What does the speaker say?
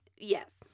Yes